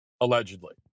allegedly